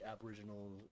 Aboriginal